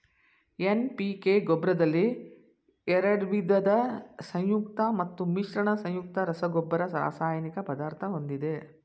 NPK ಗೊಬ್ರದಲ್ಲಿ ಎರಡ್ವಿದ ಸಂಯುಕ್ತ ಮತ್ತು ಮಿಶ್ರಣ ಸಂಯುಕ್ತ ರಸಗೊಬ್ಬರ ರಾಸಾಯನಿಕ ಪದಾರ್ಥ ಹೊಂದಿದೆ